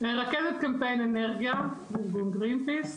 רכזת קמפיין אנרגיה בגרינפיס.